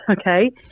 okay